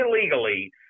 illegally